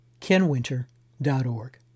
kenwinter.org